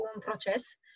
proces